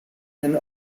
and